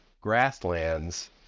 grasslands